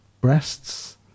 breasts